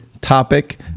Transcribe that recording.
topic